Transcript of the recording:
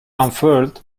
unfurled